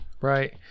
Right